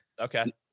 Okay